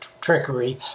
trickery